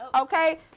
Okay